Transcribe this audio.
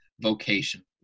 vocation